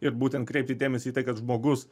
ir būtent kreipti dėmesį į tai kad žmogus